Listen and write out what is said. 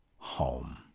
home